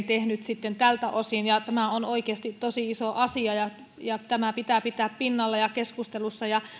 tehnyt korjausliikkeen sitten tältä osin tämä on oikeasti tosi iso asia ja ja tämä pitää pitää pinnalla ja keskustelussa